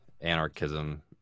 anarchism